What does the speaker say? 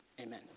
Amen